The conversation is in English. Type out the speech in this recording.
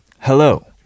Hello